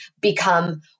become